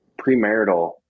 premarital